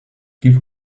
give